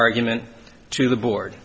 argument to the board